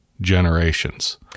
generations